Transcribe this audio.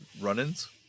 run-ins